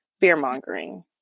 fear-mongering